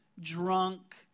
drunk